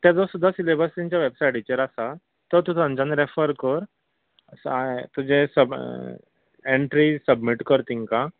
ताजो सुद्दां सिलेबस तेंच्या वेबसायटीचेर आसा तो तूं थंयच्यान रेफर कर तुजे सब एन्ट्री सबमीट कर तेंकां